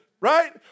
Right